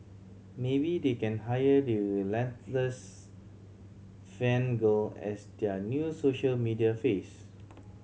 maybe they can hire the relentless fan girl as their new social media face